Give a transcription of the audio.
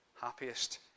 happiest